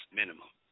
minimum